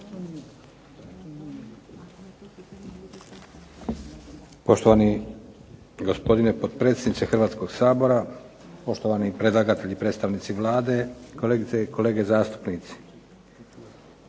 Poštovani gospodine potpredsjedniče Hrvatskog sabora, poštovani predlagatelji i predstavnici Vlade, kolegice